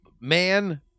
man